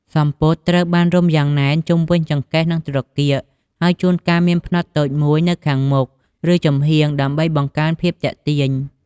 សំពត់ត្រូវបានរុំយ៉ាងណែនជុំវិញចង្កេះ និងត្រគាក ហើយជួនកាលមានផ្នត់តូចមួយនៅខាងមុខ ឬចំហៀងដើម្បីបង្កើនភាពទាក់ទាញ។